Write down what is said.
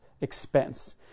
expense